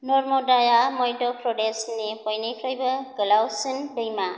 नर्मदाआ मध्य प्रदेशनि बयनिख्रुइबो गोलावसिन दैमा